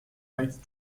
light